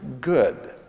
good